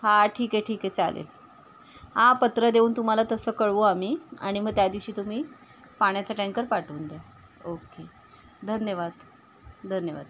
हां ठीक आहे ठीक आहे चालेल आं पत्र देऊन तुम्हाला तसं कळवू आम्ही आणि मग त्यादिवशी तुम्ही पाण्याचा टँकर पाठवून द्या ओके धन्यवाद धन्यवाद